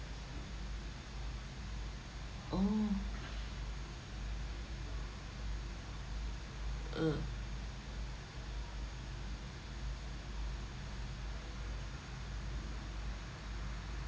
oh uh